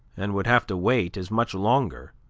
and would have to wait as much longer